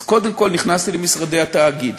אז קודם כול נכנסתי למשרדי התאגיד.